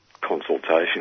consultation